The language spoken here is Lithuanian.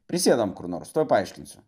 prisėdam kur nors tuoj paaiškinsiu